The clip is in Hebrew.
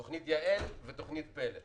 תוכנית יע"ל פל"א,